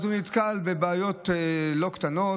הוא נתקל בבעיות לא קטנות.